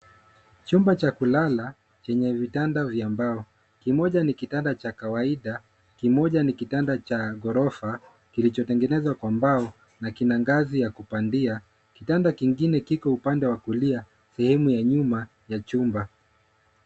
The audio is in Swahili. Chumba cha kulala chenye vitanda vya mbao. Kimoja ni kitanda cha kawaida, kimoja ni kitanda cha ghorofa kilichotengenezwa kwa mbao na kina ngazi ya kupandia. Kitanda kingine kiko upande wa kulia sehemu ya nyuma ya chumba.